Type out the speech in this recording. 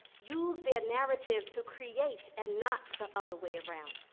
use their narrative to create and not the other way around.